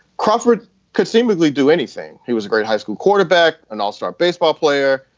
crawford could seemingly do anything. he was a great high-school quarterback, an all star baseball player,